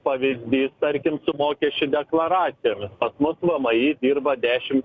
pavyzdys tarkim su mokesčių deklaracijomis pas mus vmi dirba dešim